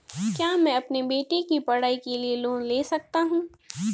क्या मैं अपने बेटे की पढ़ाई के लिए लोंन ले सकता हूं?